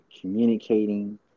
communicating